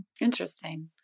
Interesting